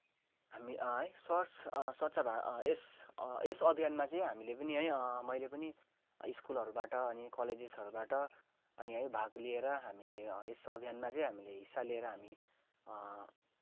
हामी है स्व स्वच्छ भा यस यस अभियानमा चाहिँ हामीले पनि है मैले पनि स्कुलहरूबाट अनि कलेजेसहरूबाट अनि है भाग लिएर हामीले यस अभियानमा चाहिँ हामीले हिस्सा लिएर हामी